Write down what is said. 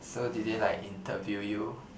so did they like interview you